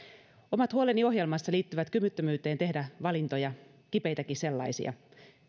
omat huoleni ohjelmassa liittyvät kyvyttömyyteen tehdä valintoja kipeitäkin sellaisia